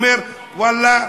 אומר: ואללה,